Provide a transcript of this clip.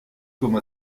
comme